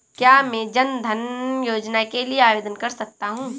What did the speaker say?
क्या मैं जन धन योजना के लिए आवेदन कर सकता हूँ?